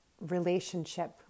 relationship